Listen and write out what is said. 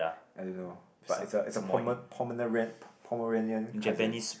I don't know but it's a it's a Pomeranian cousin